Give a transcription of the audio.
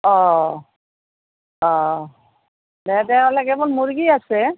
অঁ অঁ অঁ দে তে অকল মুৰ্গী আছে